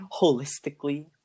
holistically